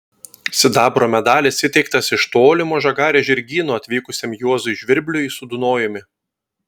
sidabro medalis įteiktas iš tolimo žagarės žirgyno atvykusiam juozui žvirbliui su dunojumi